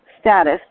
status